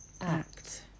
act